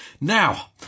Now